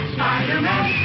Spider-Man